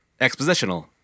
expositional